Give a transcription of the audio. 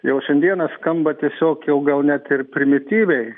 jau šiandieną skamba tiesiog jau gal net ir primityviai